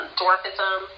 dwarfism